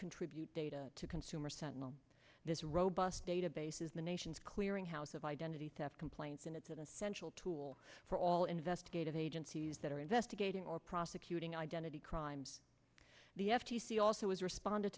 contribute data to consumer sentiment this robust database is the nation's clearinghouse of identity theft complaints in its an essential tool for all investigative agencies that are investigating or prosecuting identity crimes the f t c also has responded